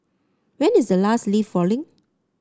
when is the last leaf falling